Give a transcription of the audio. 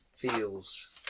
Feels